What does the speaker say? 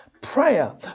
Prayer